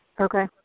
Okay